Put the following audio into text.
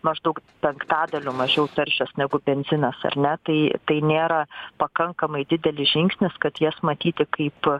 maždaug penktadaliu mažiau taršios negu benzinas ar ne tai tai nėra pakankamai didelis žingsnis kad jas matyti kaip